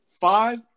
Five